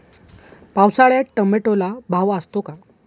पावसाळ्यात टोमॅटोला भाव असतो का?